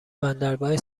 بندرگاه